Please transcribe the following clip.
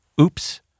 Oops